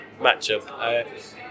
matchup